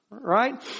right